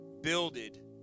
builded